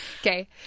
Okay